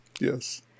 Yes